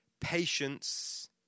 patience